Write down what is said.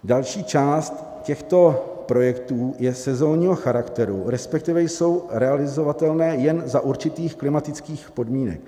Další část těchto projektů je sezónního charakteru, respektive jsou realizovatelné jen za určitých klimatických podmínek.